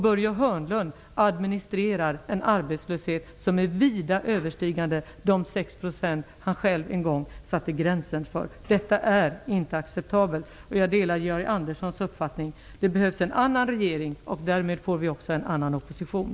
Börje Hörnlund administrerar en arbetslöshet som vida överstiger de 6 % han själv en gång satte gränsen vid. Detta är inte acceptabelt. Jag delar Georg Anderssons uppfattning, att det behövs en annan regering. Därmed får vi också en annan opposition.